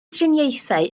triniaethau